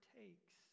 takes